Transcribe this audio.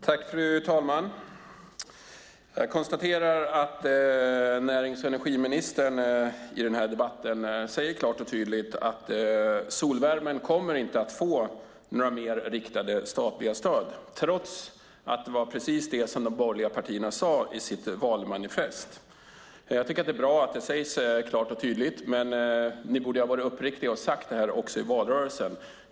Fru talman! Närings och energiministern säger nu klart och tydligt att solvärmen inte kommer att få mer riktade statliga stöd, trots att de borgerliga partierna sade det i sitt valmanifest. Det är bra att det sägs klart och tydligt, men ni borde ha varit uppriktiga och sagt det redan i valrörelsen.